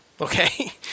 Okay